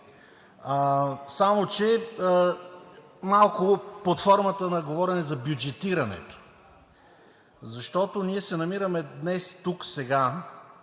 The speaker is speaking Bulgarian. само че малко под формата на говорене за бюджетирането, защото ние се намираме днес – тук и сега,